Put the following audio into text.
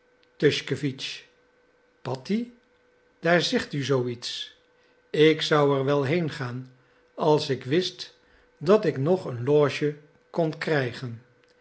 tuschkewitsch patti daar zegt u zoo iets ik zou er wel heen gaan als ik wist dat ik nog een loge kon krijgen